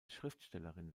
schriftstellerin